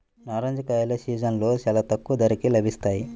నారింజ కాయల సీజన్లో చాలా తక్కువ ధరకే లభిస్తాయి